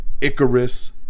Icarus